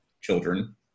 children